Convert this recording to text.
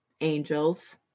angels